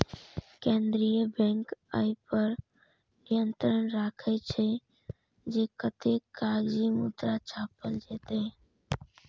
केंद्रीय बैंक अय पर नियंत्रण राखै छै, जे कतेक कागजी मुद्रा छापल जेतै